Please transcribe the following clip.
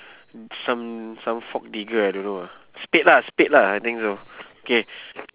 some some fork digger I don't know lah spade lah spade lah I think so K